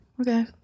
okay